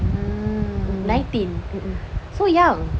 hmm nineteen so young